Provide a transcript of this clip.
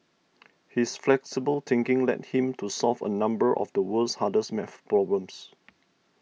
his flexible thinking led him to solve a number of the world's hardest math problems